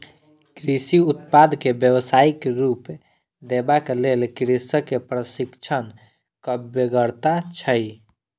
कृषि उत्पाद के व्यवसायिक रूप देबाक लेल कृषक के प्रशिक्षणक बेगरता छै